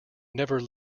never